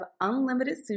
unlimited